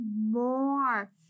more